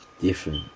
different